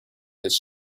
his